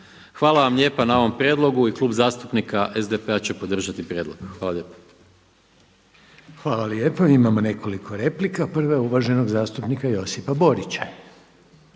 Hvala vam lijepa na ovom prijedlogu i Klub zastupnika SDP-a će podržati prijedlog. Hvala lijepo. **Reiner, Željko (HDZ)** Hvala lijepo. Imamo nekoliko replika. Prva je uvaženog zastupnika Josipa Borića.